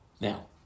Now